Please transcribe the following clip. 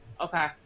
Okay